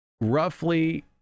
roughly